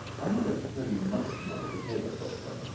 i'm not going to tell you much more of the case, doctor.